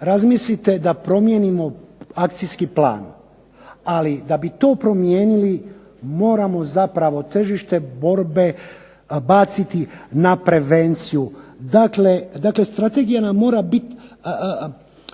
razmislite da promijenimo akcijski plan. Ali da bi to promijenili moramo zapravo tržište borbe baciti na prevenciju. Dakle, strategija nam mora biti